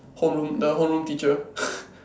home room the home room teacher